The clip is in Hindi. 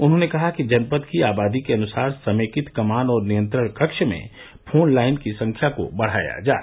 उन्होंने कहा कि जनपद की आबादी के अनुसार समेकित कमान और नियंत्रण कक्ष में फोन लाइन की संख्या को बढ़ाया जाए